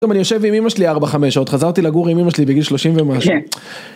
פתאום אני יושב עם אמא שלי 4-5 שעות, חזרתי לגור עם אמא שלי בגיל 30 ומשהו.